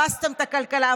הרסתם את הכלכלה.